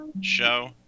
show